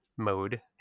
mode